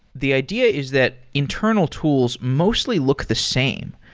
the idea is that internal tools mostly look the same.